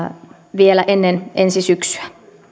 vielä ennen ensi syksyä